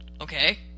okay